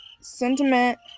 sentiment